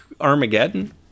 Armageddon